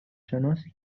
شناسی